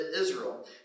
Israel